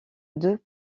deux